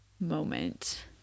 moment